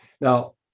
Now